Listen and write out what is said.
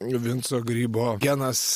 vinco grybo genas